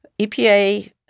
EPA